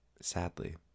sadly